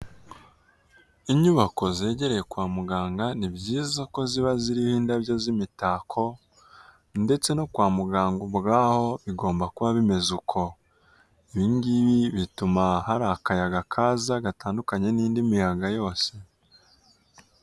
Inyubako zegereye kwa muganga ni byiza ko ziba ziriho indabo z'imitako, ndetse no kwa muganga ubwaho bigomba kuba bimeze uko, ibingibi bituma hari akayaga kaza gatandukanye n'indi miyaga yose.